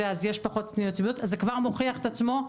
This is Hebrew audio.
זה כבר מוכיח את עצמו.